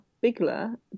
Bigler